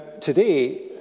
today